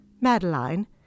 Madeline